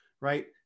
right